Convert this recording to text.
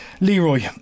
Leroy